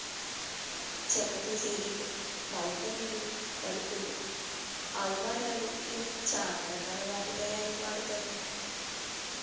చక్కతో సీలింగ్, బాల్కానీలు, తలుపులు, అలమారాలు ఇలా చానా రకాల వాటి తయారీకి వాడతారు